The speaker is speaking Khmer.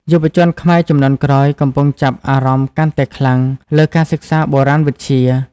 យុវជនខ្មែរជំនាន់ក្រោយកំពុងចាប់អារម្មណ៍កាន់តែខ្លាំងលើការសិក្សាបុរាណវិទ្យា។